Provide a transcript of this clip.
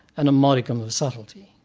and a modicum of subtlety.